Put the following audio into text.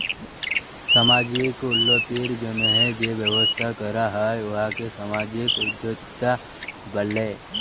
সামাজিক উল্লতির জ্যনহে যে ব্যবসা ক্যরা হ্যয় উয়াকে সামাজিক উদ্যোক্তা ব্যলে